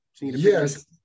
Yes